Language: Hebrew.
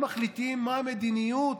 הם מחליטים מה המדיניות